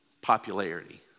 popularity